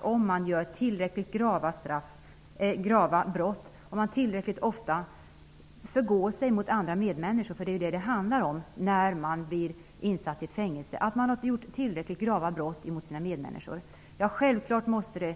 Om man begår tillräckligt grava brott och tillräckligt ofta förgår sig mot sina medmänniskor -- det är ju det som det handlar om -- är det helt rimligt att man sätts i fängelse. Självfallet måste det